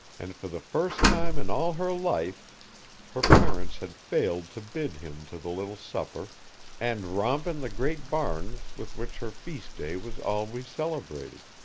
and for the first time in all her life her parents had failed to bid him to the little supper and romp in the great barns with which her feast-day was always celebrated,